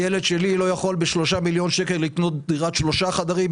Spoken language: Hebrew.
הילד שלי לא יכול בשלושה מיליון שקלים לקנות דירת שלושה חדרים,